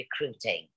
recruiting